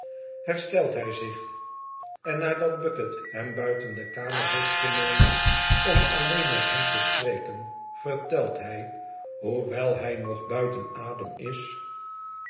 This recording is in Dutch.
herstelt hij zich en nadat bucket hem buiten de kamer heeft genomen om alleen met hem te spreken vertelt hij hoewel hij nog buiten adem is